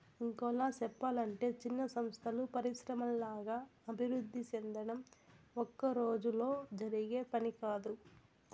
ఇంకోలా సెప్పలంటే చిన్న సంస్థలు పరిశ్రమల్లాగా అభివృద్ధి సెందడం ఒక్కరోజులో జరిగే పని కాదు